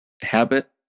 habit